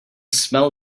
smell